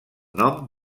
nom